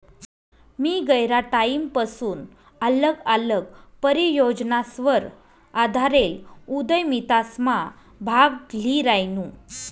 मी गयरा टाईमपसून आल्लग आल्लग परियोजनासवर आधारेल उदयमितासमा भाग ल्ही रायनू